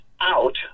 out